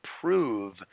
prove